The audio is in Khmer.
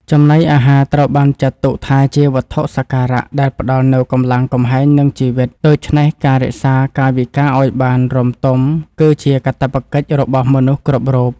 ចំណីអាហារត្រូវបានចាត់ទុកថាជាវត្ថុសក្ការៈដែលផ្តល់នូវកម្លាំងកំហែងនិងជីវិត ដូច្នេះការរក្សាកាយវិការឱ្យបានរម្យទមគឺជាកាតព្វកិច្ចរបស់មនុស្សគ្រប់រូប។